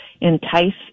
entice